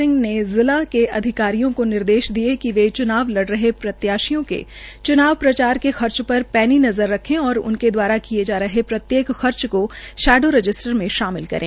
च्नाव पर्यवेक्षक खर्च डा मनदीप ने जिला के अधिकारियों को निर्देश दिये है कि वे च्नाव लड़ा रहे प्रत्याशियों के च्नाव प्रचार के खर्च पर पैनी नज़र रखे और उनके द्वारा किये जा रहे प्रत्येक खर्च को शेडो रजिस्टर में शामिल करें